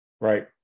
right